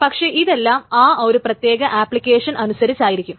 പക്ഷേ ഇതെല്ലാം ആ ഒരു പ്രത്യേക ആപ്ലിക്കേഷൻ അനുസരിച്ചിരിക്കും